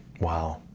Wow